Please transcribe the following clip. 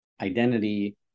identity